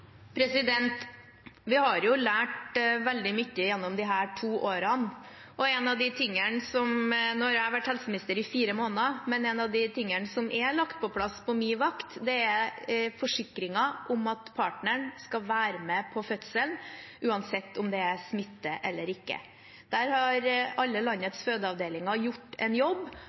Vi har lært veldig mye gjennom disse to årene. Nå har jeg vært helseminister i fire måneder, men en av tingene som er lagt på plass på min vakt, er forsikringen om at partneren skal være med på fødselen uansett om det er smitte eller ikke. Der har alle landets fødeavdelinger gjort en jobb,